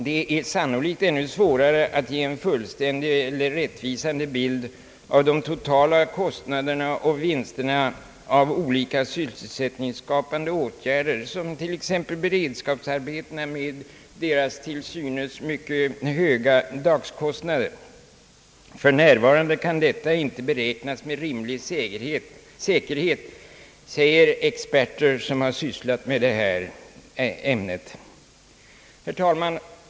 Det är sannolikt ännu svårare att ge en rättvisande bild av de totala kostnaderna och vinsterna av olika sysselsättningsskapande åtgärder, t.ex. beredskapsarbeten med deras till synes mycket höga dagskostnader. För närvarande kan detta inte beräknas med rimlig säkerhet, säger experter som har sysslat med detta ämne. Herr talman!